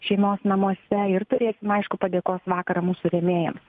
šeimos namuose ir turėsim aišku padėkos vakarą mūsų rėmėjams